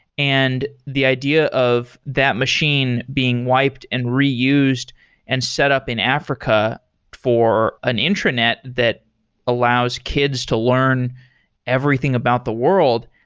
and the idea of that machine being wiped and reused and set up in africa for an intranet that allows allows kids to learn everything about the world,